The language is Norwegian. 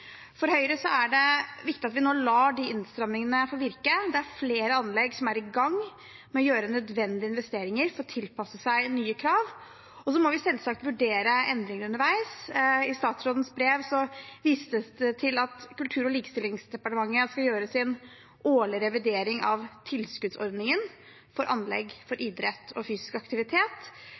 For Høyre er det viktig at vi nå lar innstramningene få virke. Det er flere anlegg som er i gang med å gjøre nødvendige investeringer for å tilpasse seg nye krav. Så må vi selvsagt vurdere endringer underveis. I statsrådens brev vistes det til at Kultur- og likestillingsdepartementet skal gjøre sin årlige revidering av tilskuddsordningen for anlegg for idrett og fysisk aktivitet.